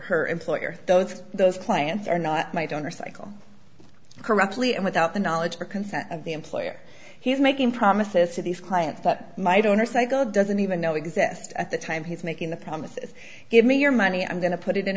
her employer both those clients are not my donor cycle correctly and without the knowledge or consent of the employer he's making promises to these clients that my donor psyco doesn't even know exist at the time he's making the promises give me your money i'm going to put it in